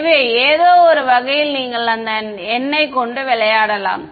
எனவே ஏதோவொரு வகையில் நீங்கள் அந்த எண்ணைக் கொண்டு விளையாடலாம்